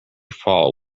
fall